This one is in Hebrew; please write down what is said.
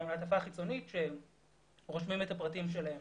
מעטפה חיצונית על גביה רושמים את הפרטים שלהם